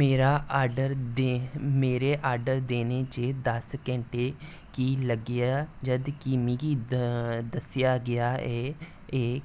मेरा आर्डर देन मेरे आर्डर देने च दस घैंटें की लग्गेआ जद'के मिगी दस्सेआ गेआ ऐ